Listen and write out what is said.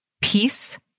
Peace